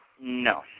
No